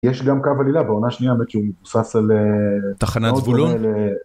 יש גם קו עלילה בעונה שנייה בקיום מבוסס על תחנת זבולון.